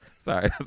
Sorry